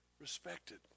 respected